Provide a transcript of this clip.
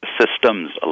systems